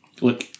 look